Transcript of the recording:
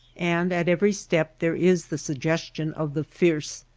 and at every step there is the suggestion of the fierce,